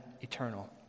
eternal